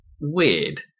weird